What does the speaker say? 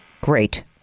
Great